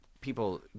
people